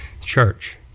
church